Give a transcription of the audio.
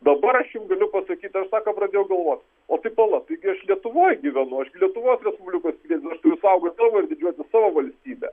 dabar aš jum galiu pasakyt aš sako pradėjau galvot o tai pala taigi aš lietuvoj gyvenu aš gi lietuvos respublikos pilietis aš turiu saugot savo ir didžiuotis savo valstybe